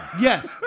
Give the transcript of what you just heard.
Yes